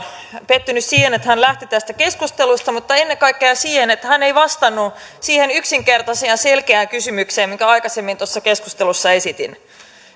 pettynyt siihen että hän lähti tästä keskustelusta mutta ennen kaikkea siihen että hän ei vastannut siihen yksinkertaiseen ja selkeään kysymykseen minkä aikaisemmin tuossa keskustelussa esitin